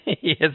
Yes